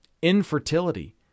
infertility